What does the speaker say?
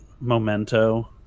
Memento